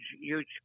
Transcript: huge